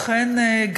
אכן,